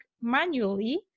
manually